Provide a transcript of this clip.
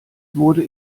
wurde